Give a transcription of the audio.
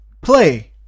play